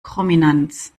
chrominanz